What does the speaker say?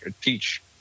teach